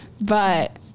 But-